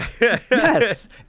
yes